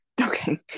okay